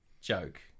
joke